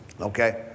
Okay